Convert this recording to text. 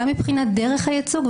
גם מבחינת דרך הייצוג,